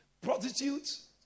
Prostitutes